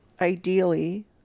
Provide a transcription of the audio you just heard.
ideally